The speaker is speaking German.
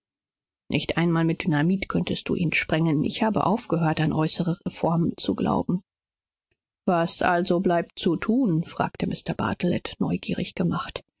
nicht einmal mit dynamit könntest du ihn sprengen ich habe aufgehört an äußere reformen zu glauben was also bleibt zu tun fragte mr bartelet neugierig gemacht